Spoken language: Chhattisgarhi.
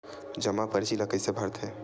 जमा परची ल कइसे भरथे?